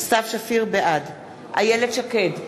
בעד איילת שקד,